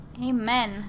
Amen